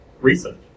recent